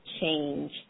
change